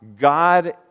God